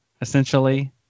essentially